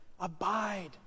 Abide